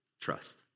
trust